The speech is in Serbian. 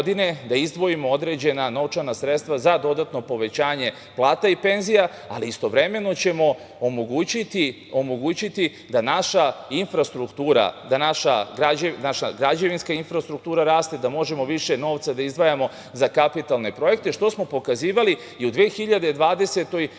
da izdvojimo određena novčana sredstva za dodatno povećanje plata i penzija, ali istovremeno ćemo omogućiti da naša infrastruktura, da naša građevinska infrastruktura raste, da možemo više novca da izdvajamo za kapitalne projekte, što smo pokazivali krajem 2019. godine